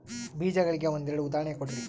ಬೇಜಗಳಿಗೆ ಒಂದೆರಡು ಉದಾಹರಣೆ ಕೊಡ್ರಿ?